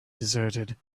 deserted